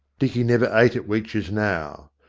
dicky never ate at weech's now.